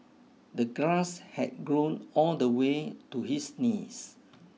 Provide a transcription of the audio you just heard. the grass had grown all the way to his knees